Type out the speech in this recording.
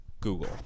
Google